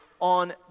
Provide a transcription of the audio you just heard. on